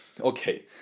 Okay